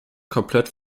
komplett